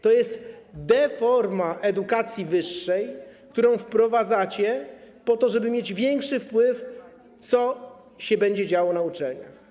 To jest deforma edukacji wyższej, którą wprowadzacie po to, żeby mieć większy wpływ na to, co się będzie działo na uczelniach.